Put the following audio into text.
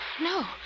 No